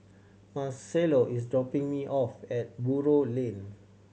marcelo is dropping me off at Buroh Lane